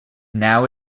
now